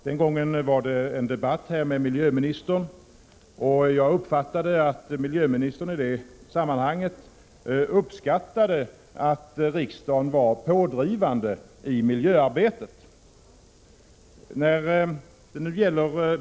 Den gången hade vi en debatt med miljöministern, och jag uppfattade att hon i det sammanhanget uppskattade att riksdagen var pådrivande i miljöarbetet.